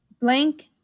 Blank